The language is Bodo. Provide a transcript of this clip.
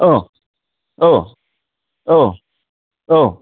अ अ औ औ